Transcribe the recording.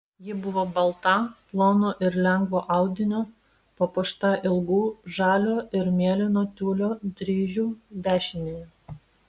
ji buvo balta plono ir lengvo audinio papuošta ilgu žalio ir mėlyno tiulio dryžiu dešinėje